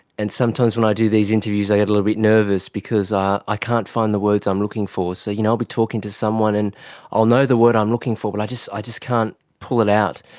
and sometimes when i do these interviews i get a little bit nervous because i i can't find the words i'm looking for. so i'll you know be talking to someone and i'll know the word i'm looking for but i just i just can't pull it out.